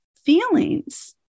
Feelings